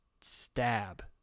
Stab